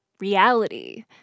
reality